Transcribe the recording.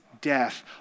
death